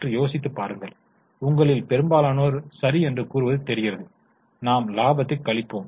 சற்று யோசித்துப் பாருங்கள் உங்களில் பெரும்பாலோர் சரி என்று கூறுவது தெரிகிறது நாம் லாபத்தைக் கழிப்போம்